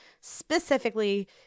specifically